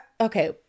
Okay